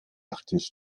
nachttisch